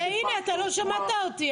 הינה, לא שמעת אותי.